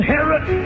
Herod